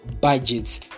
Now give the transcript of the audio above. budgets